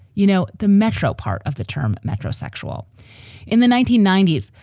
you know, the metro part of the term metrosexual in the nineteen ninety s,